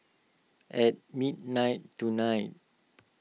at midnight tonight